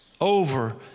Over